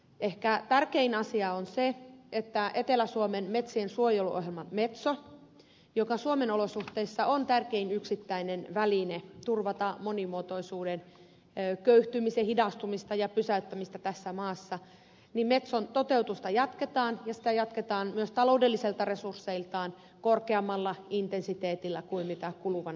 ehkä tärkein asia on se että kun meillä on etelä suomen metsien suojeluohjelma metso joka suomen olosuhteissa on tärkein yksittäinen väline turvata monimuotoisuuden köyhtymisen hidastumista ja pysäyttämistä tässä maassa niin metson toteutusta jatketaan ja sitä jatketaan myös taloudellisilta resursseiltaan korkeammalla intensiteetillä kuin kuluvana vuonna